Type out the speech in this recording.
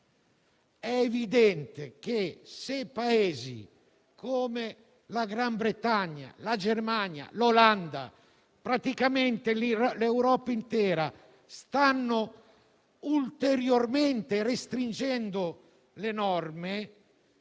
È evidente che, se Paesi come la Gran Bretagna, la Germania e l'Olanda - praticamente l'Europa intera - stanno ulteriormente rendendo più